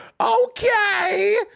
okay